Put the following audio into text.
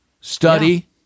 study